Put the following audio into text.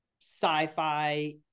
sci-fi